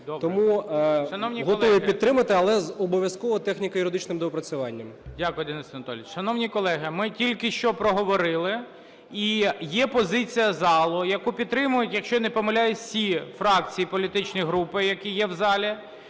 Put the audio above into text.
Тому готові підтримати, але обов'язково з техніко-юридичним доопрацюванням. ГОЛОВУЮЧИЙ. Дякую, Денис Анатолійович. Шановні колеги, ми тільки що проговорили, і є позиція залу, яку підтримують, якщо я не помиляюся, всі фракції, політичні групи, які є в залі,